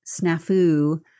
snafu